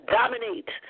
dominate